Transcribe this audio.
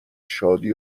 شادی